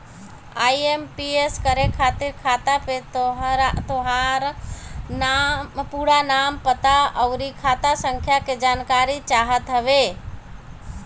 IMPS करे खातिर खाता पे तोहार पूरा नाम, पता, अउरी खाता संख्या के जानकारी चाहत हवे